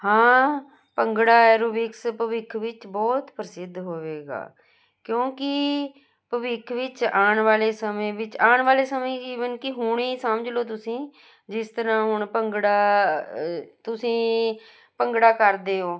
ਹਾਂ ਭੰਗੜਾ ਐਰੋਬਿਕਸ ਭਵਿੱਖ ਵਿੱਚ ਬਹੁਤ ਪ੍ਰਸਿੱਧ ਹੋਵੇਗਾ ਕਿਉਂਕਿ ਭਵਿੱਖ ਵਿੱਚ ਆਉਣ ਵਾਲੇ ਸਮੇਂ ਵਿੱਚ ਆਉਣ ਵਾਲੇ ਸਮੇਂ ਈਵਨ ਕਿ ਹੁਣ ਸਮਝ ਲਓ ਤੁਸੀਂ ਜਿਸ ਤਰ੍ਹਾਂ ਹੁਣ ਭੰਗੜਾ ਤੁਸੀਂ ਭੰਗੜਾ ਕਰਦੇ ਹੋ